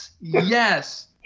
yes